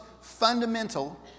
fundamental